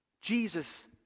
Jesus